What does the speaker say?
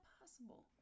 possible